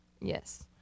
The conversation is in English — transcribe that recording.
Yes